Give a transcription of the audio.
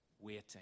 waiting